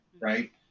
right